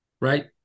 right